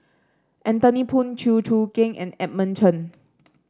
Anthony Poon Chew Choo Keng and Edmund Chen